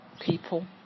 people